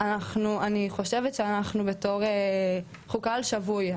אני חושבת שאנחנו קהל שבוי.